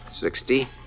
sixty